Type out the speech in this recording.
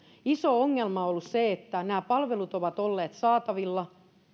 iso ongelma on ollut se että nämä palvelut ovat olleet saatavilla erityisesti erikoissairaanhoidon puolella